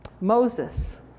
Moses